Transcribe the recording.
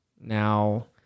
Now